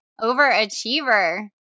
Overachiever